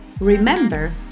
Remember